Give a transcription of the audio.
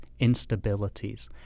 instabilities